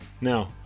Now